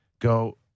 Go